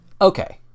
Okay